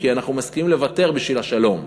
כי אנחנו מסכימים לוותר בשביל השלום.